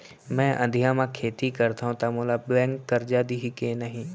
मैं अधिया म खेती करथंव त मोला बैंक करजा दिही के नही?